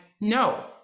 no